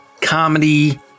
comedy